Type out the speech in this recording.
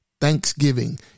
thanksgiving